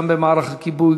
גם במערך הכיבוי,